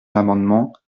l’amendement